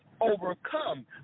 overcome